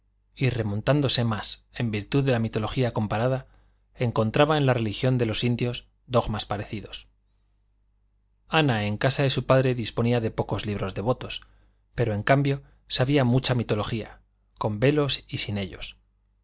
y remontándose más en virtud de la mitología comparada encontraba en la religión de los indios dogmas parecidos ana en casa de su padre disponía de pocos libros devotos pero en cambio sabía mucha mitología con velos y sin ellos